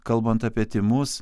kalbant apie tymus